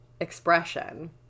expression